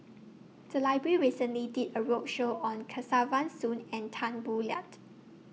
The Library recently did A roadshow on Kesavan Soon and Tan Boo Liat